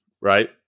right